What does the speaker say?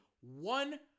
one